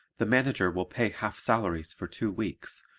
the manager will pay half salaries for two weeks,